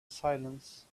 silence